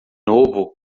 novo